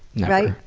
right?